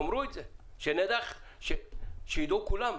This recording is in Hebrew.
שנדע וידעו כולם,